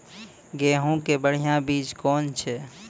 गेहूँ के बढ़िया बीज कौन छ?